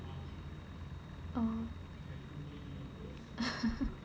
oh